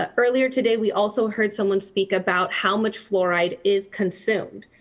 ah earlier today, we also heard someone speak about how much fluoride is consumed.